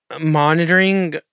monitoring